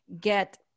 get